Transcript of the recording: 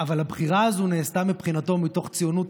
אבל הבחירה הזו נעשתה מבחינתו מתוך ציונות.